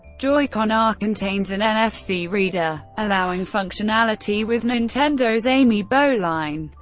joy-con r contains an nfc reader, allowing functionality with nintendo's amiibo line.